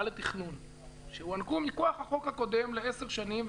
לתכנון שהוענקו מכוח החוק הקודם לעשר שנים,